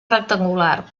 rectangular